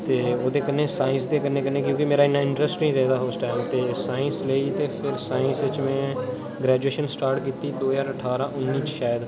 ते ओह्दे कन्नै साइंस दे कन्नै कन्नै क्योंकि मेरा इन्ना इंटरेस्ट नि रेह्दा हा उस टाइम ते साइंस लेई ते फिर साइंस इच में ग्रेजुएशन स्टार्ट कीती दो ज्हार ठारां उन्नी च शायद